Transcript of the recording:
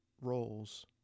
roles